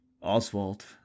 Oswald